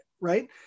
right